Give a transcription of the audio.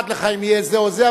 תחוקק חוק שיסגור את עיתון "הארץ".